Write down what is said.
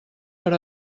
per